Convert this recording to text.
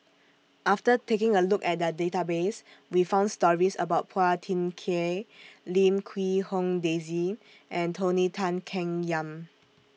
after taking A Look At The Database We found stories about Phua Thin Kiay Lim Quee Hong Daisy and Tony Tan Keng Yam